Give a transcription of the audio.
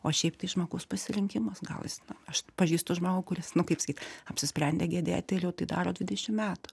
o šiaip tai žmogaus pasirinkimas gal jis aš pažįstu žmogų kuris nu kaip sakyt apsisprendė gedėti ir jau tai daro dvidešim metų